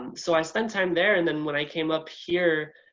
um so i spent time there and then when i came up here,